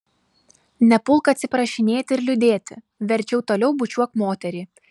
nepulk atsiprašinėti ir liūdėti verčiau toliau bučiuok moterį